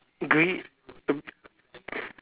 gre~ uh